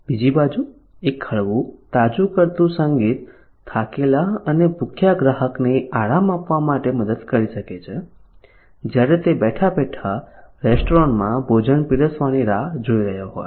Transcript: બીજી બાજુ એક હળવું તાજું કરતું સંગીત થાકેલા અને ભૂખ્યા ગ્રાહકને આરામ આપવા માટે મદદ કરી શકે છે જ્યારે તે બેઠા બેઠા રેસ્ટોરન્ટમાં ભોજન પીરસવાની રાહ જોઈ રહ્યો હોય